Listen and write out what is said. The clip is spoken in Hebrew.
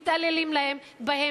מתעללים בהם,